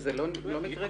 וזה לא מקרה קיצוני?